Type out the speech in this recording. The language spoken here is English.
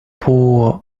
pour